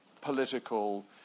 political